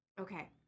okay